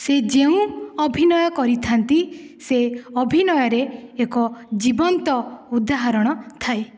ସେ ଯେଉଁ ଅଭିନୟ କରିଥାନ୍ତି ସେ ଅଭିନୟରେ ଏକ ଜୀବନ୍ତ ଉଦାହରଣ ଥାଏ